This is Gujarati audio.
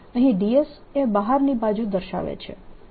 અહીં dS એ બહારની બાજુ દર્શાવે છે